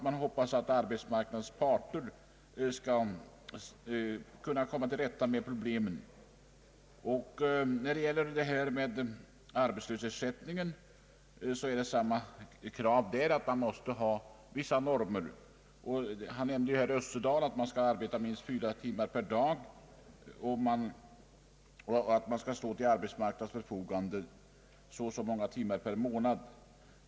Man hoppas att arbetsmarknadens parter skall komma till rätta med dessa problem. När det gäller arbetslöshetsersättningen krävs det även där att man måste ha vissa normer. Herr Österdahl nämnde att man skall arbeta minst fyra timmar per dag och att man skall stå till arbetsmarknadens förfogande så och så många timmar per månad.